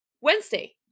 Wednesday